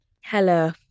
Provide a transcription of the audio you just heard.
Hello